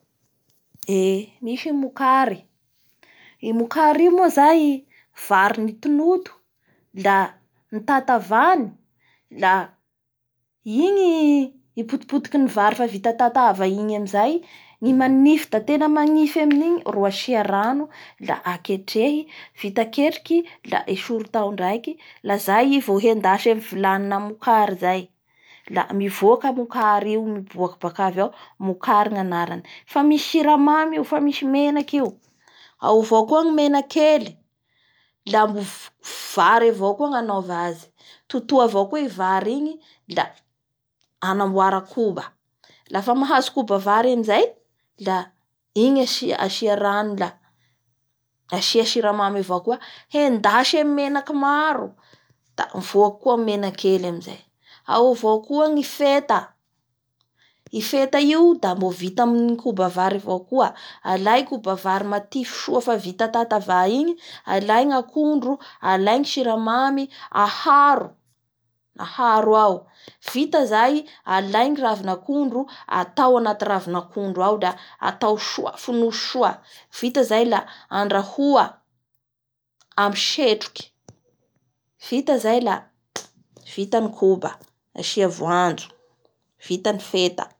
Eee misy ny mokary, i mokary io moa zany vary nitonoto, a notatavany, a igny potopotikin'ny vary fa vita tatava igny amizay ny manify da tena manify amin'igny ro asia rano a aketrehy vita ketriky a esory tao ndraiky la izay i vo endasy amin'ny vilalina mokary zay, la mivoka mokary io, mivoky bokavy ao a mokary ny anarany. Fa misy siramamay io, fa misy menaky io, ao avao koa ny menakely la mbo_vary avao koa ny anaova azy, totoa avao koa i vary igny a anamboara koba, lafa amahzo kobavary amizay igny asia rano la, asia siramamay avao koa, hendasy amin'ny menaky amro da mivoky koa ny menakely amizay, ao avao koa ny feta, i feta io da mbo vita aminin'ny koba avary avao koa, alay koba vary matify soa fa vita tatava igny alay gnakondro, alay ny siramamy aharo aharo ao, vita zay ala ny ravina akondro, ataoa anaty ravina ankondro ao la, atao soa fonosy soa.